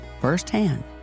firsthand